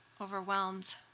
overwhelmed